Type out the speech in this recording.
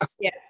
yes